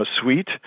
suite